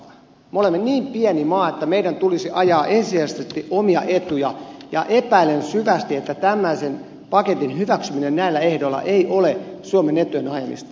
me olemme niin pieni maa että meidän tulisi ajaa ensisijaisesti omia etuja ja epäilen syvästi että tällaisen paketin hyväksyminen näillä ehdoilla ei ole suomen etujen ajamista